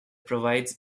provides